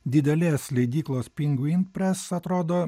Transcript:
didelės leidyklos pingvin pres atrodo